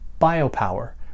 biopower